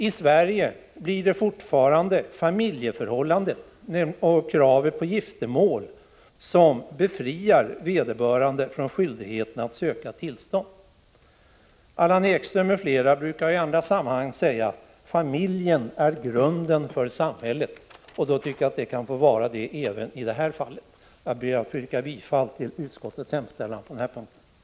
I Sverige blir det fortfarande familjeförhållandet och kravet på giftermål som befriar vederbörande från skyldigheten att söka tillstånd. Allan Ekström m.fl. brukar i andra sammanhang säga att familjen är grunden för samhället. Det tycker jag att den kan få vara även i det här fallet. Jag ber att få yrka bifall till utskottets hemställan på den här punkten.